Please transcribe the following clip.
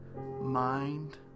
mind